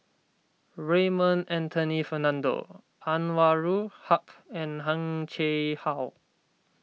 Raymond Anthony Fernando Anwarul Haque and Heng Chee How